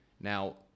Now